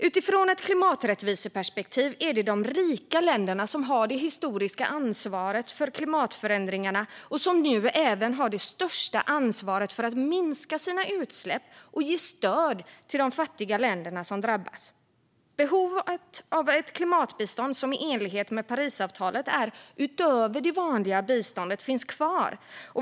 Utifrån ett klimaträttviseperspektiv är det de rika länderna som har det historiska ansvaret för klimatförändringarna och som nu även har det största ansvaret för att minska sina utsläpp och ge stöd till de fattiga länder som drabbas. Behovet av ett klimatbistånd, som i enlighet med Parisavtalet är utöver det vanliga biståndet, finns kvar.